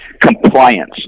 compliance